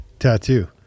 tattoo